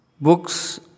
Books